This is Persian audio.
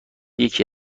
یکی